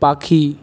পাখি